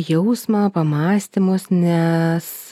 jausmą pamąstymus nes